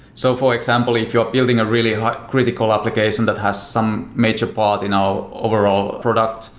so for example, if you're building a really and like critical application that has some major part in our overall product,